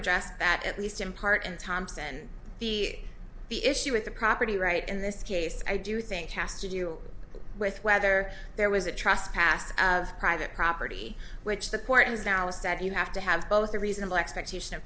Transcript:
addressed that at least in part and thompson the the issue with the property right in this case i do think has to do with whether there was a trust past of private property which the court has now is that you have to have both a reasonable expectation of